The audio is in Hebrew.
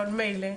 אבל מילא.